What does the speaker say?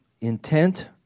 intent